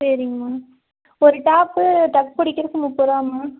சரிங்கம்மா ஒரு top tuck பிடிக்கறதுக்கு முப்பதுருபா மா